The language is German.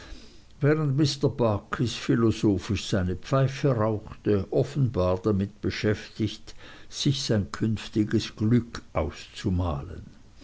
philosophisch seine pfeife rauchte offenbar damit beschäftigt sich sein künftiges glück auszumalen